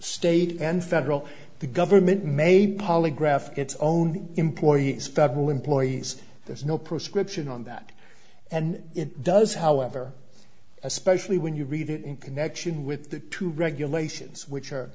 state and federal the government may polygraph its own employees federal employees there's no prescription on that and it does however especially when you read it in connection with the two regulations which are